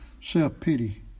self-pity